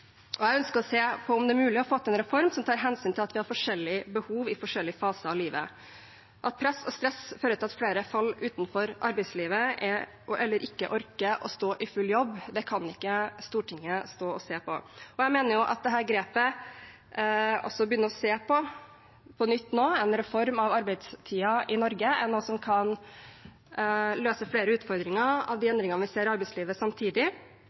arbeidslivet. Jeg ønsker å se på om det er mulig å få til en reform som tar hensyn til at vi har forskjellige behov i forskjellige faser av livet. At press og stress fører til at flere faller utenfor arbeidslivet eller ikke orker å stå i full jobb, kan ikke Stortinget stå og se på. Jeg mener at grepet med å begynne å se på på nytt en reform av arbeidstiden i Norge er noe som kan løse flere utfordringer ved de endringene vi ser i arbeidslivet, samtidig.